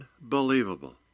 Unbelievable